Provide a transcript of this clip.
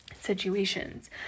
situations